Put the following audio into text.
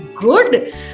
good